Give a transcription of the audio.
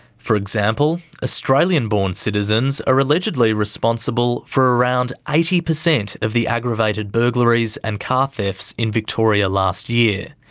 for example, australian-born citizens are allegedly responsible for around eighty percent of the aggravated burglaries and car thefts in victoria last year.